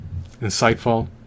insightful